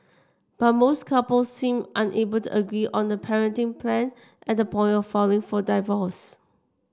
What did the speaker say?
but most couples seemed unable to agree on the parenting plan at the point of filing for divorce